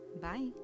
Bye